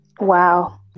wow